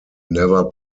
never